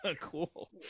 cool